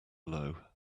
low